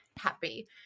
happy